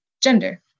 gender